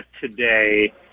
today